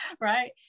Right